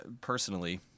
personally